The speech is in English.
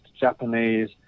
Japanese